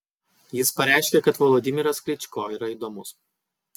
jis pareiškė kad volodymyras klyčko yra įdomus